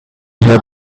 her